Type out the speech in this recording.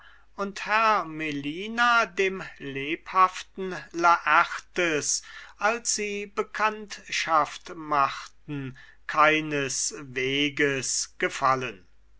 und herr melina dem lebhaften laertes als sie bekanntschaft machten keinesweges gefallen